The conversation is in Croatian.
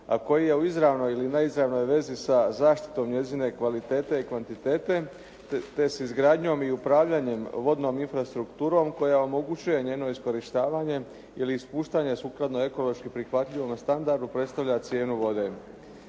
a koji je u izravnoj ili neizravnoj vezi sa zaštitom njezine kvalitete i kvantitete te se izgradnjom i upravljanjem vodnom infrastrukturom koja omogućuje njeno iskorištavanje ili ispuštanje sukladno ekološki prihvatljivom standardu, predstavlja cijenu vode.